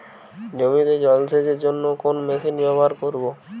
জমিতে জল সেচের জন্য কোন মেশিন ব্যবহার করব?